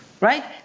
right